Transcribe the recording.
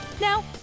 Now